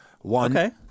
One